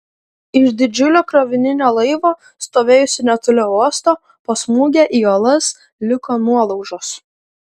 iš didžiulio krovininio laivo stovėjusio netoli uosto po smūgio į uolas liko nuolaužos